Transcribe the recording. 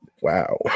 Wow